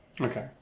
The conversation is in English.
Okay